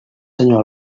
senyor